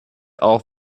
auch